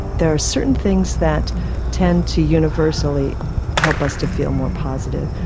there are certain things that tend to universally help us to feel more positive.